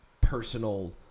personal